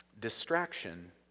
Distraction